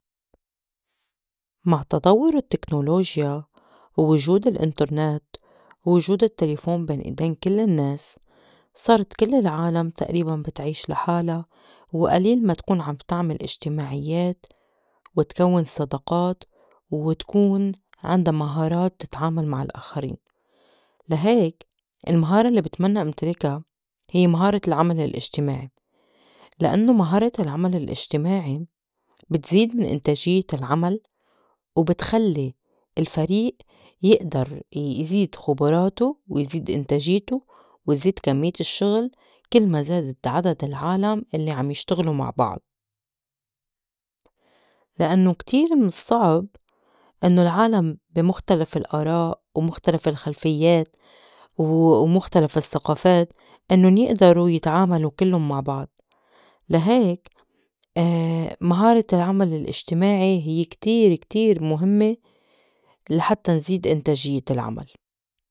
مع تطوّر التكنولوجيا وجود الأنترنت وجود التّلفون بين إيدين كل النّاس صارت كل العالم تقريباً بتعيش لحالا وقليل ما تكون عم تعْمِل اجتماعيات وتكوّن صداقات وتكون عِندا مهارات تتعامل مع الآخرين لا هيك المهارة الّي بتمنّى امتلكا هيّ مهارة العمل الاجتماعي، لإنّو مهارة العمل الاجتماعي بتزيد من إنتاجيّة العمل وبتخلّي الفريق يِقدر يزيد خُبُراته ويزيد إنتاجيته ويزيد كمّية الشِّغِل كل ما زادت عدد العالم إلّي عم يشتغلو مع بعض، لأنّو كتير من الصّعب إنّو العالم بي مُختلف الأراء ومُختلف الخلفيّات و ومُختلف الثقافات إنُّن يئدرو يتعاملو كِلُّن مع بعض. لا هيك مهارة العمل الاجتماعي هيّ كتير كتير مُهمّة لحتّى نزيد إنتاجيّة العمل.